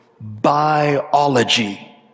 Biology